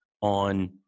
on